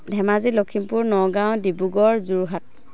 Dhemaji Lakhimpur Nagaon Dibrugarh Jorhat